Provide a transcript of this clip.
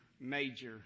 major